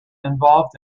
involved